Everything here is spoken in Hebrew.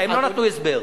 הם לא נתנו הסבר.